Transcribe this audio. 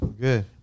Good